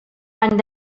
any